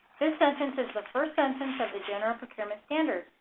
this sentence is the first sentence of the general procurement standards.